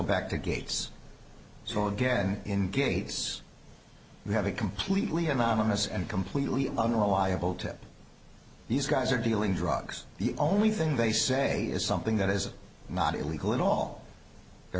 back to gates so again in gates we have a completely anonymous and completely unreliable tip these guys are dealing drugs the only thing they say is something that is not illegal in all they're